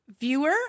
viewer